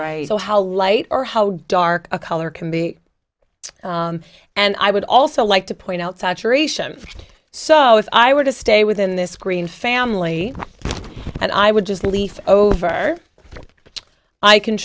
right so how light or how dark a color can be and i would also like to point out saturation so if i were to stay within this green family and i would just leaf over i can